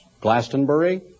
Glastonbury